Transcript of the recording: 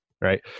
right